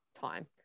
time